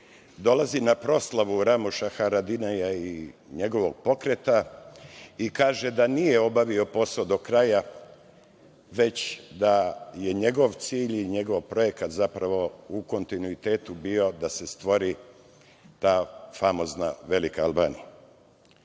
dolazi na proslavu Ramuša Haradinja i njegovog pokreta i kaže da nije obavio posao do kraja, već da je njegov cilj i njegov projekat zapravo u kontinuitetu bio da se stvori ta famozna „velika Albanija“.U